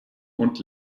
und